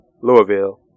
Louisville